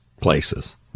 places